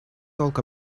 talk